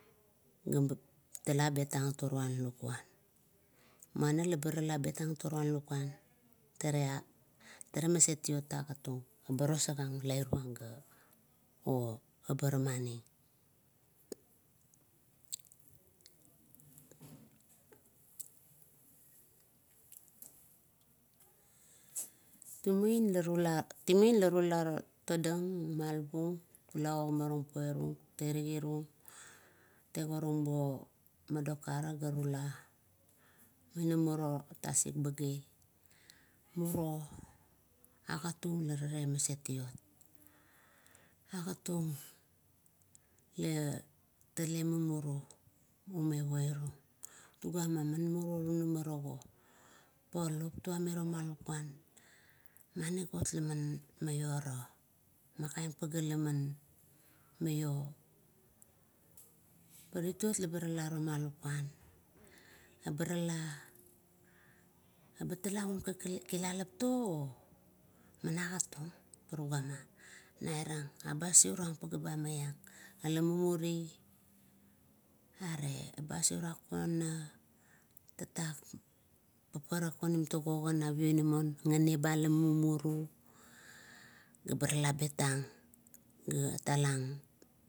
Ebet tala betang toruan lakuan, muana eba tala bet tang toruan lakuan. Tarea, talamaset beteng agat tung, ba toisakang lairuang o barama ningf. Tim moian la tula ra todang noubi ogimarung poirung, terigirungd tegorun bo modokara ga rular, tunama tasik bagail, muro agat tung la rale maset iot. Agat tung la tale mumuru ume poirung, togua nomera nunama rago, pa lop tuam meroma lakuan, manigut la an aiora, man kaen pagea laman maio. Pa ritot eba rala toma lakuan, eba rala ebat tala u kilalap tu or? Man agat tug pa ruga, nairang ba aseurang pagae ba maiang ila mumuri, ae ba aseurang kona, tata paparak onim na pioinamon, gane be ula mumuru, gaba tala bet tang ga talang.